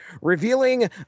revealing